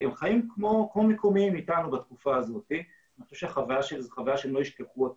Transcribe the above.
הם חיים כמונו בתקופה הזאת ואני חושב שזאת חוויה אותה הם לא ישכחו.